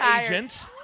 agent